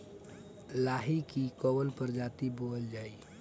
लाही की कवन प्रजाति बोअल जाई?